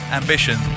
ambition